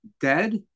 dead